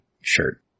shirt